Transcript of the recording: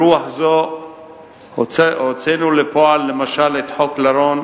ברוח זו הוצאנו לפועל למשל את חוק לרון,